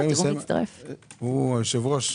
היושב-ראש.